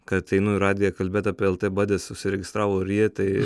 kad einu į radiją kalbėt apie lt badis užsiregistravo ir ji tai